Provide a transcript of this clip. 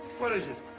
what is it?